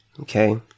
Okay